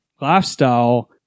lifestyle